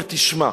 אומר: תשמע,